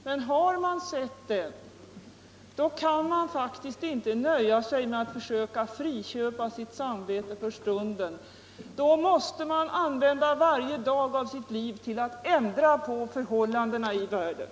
Men har man sett människors nöd kan man inte nöja sig med att försöka friköpa sitt samvete för stunden. Då måste man använda varje dag av sitt liv till att ändra på förhållandena i världen.